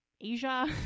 Asia